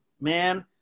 man